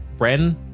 Bren